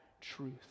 truth